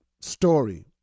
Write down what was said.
story